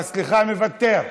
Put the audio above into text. אה, סליחה, מוותר.